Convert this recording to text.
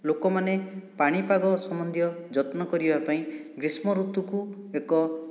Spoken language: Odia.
ଲୋକମାନେ ପାଣିପାଗ ସମ୍ବନ୍ଧୀୟ ଯତ୍ନ କରିବା ପାଇଁ ଗ୍ରୀଷ୍ମ ଋତୁକୁ ଏକ